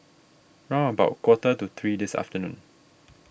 round about quarter to three this afternoon